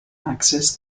access